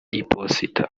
iposita